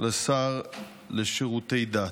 לשר לשירותי דת.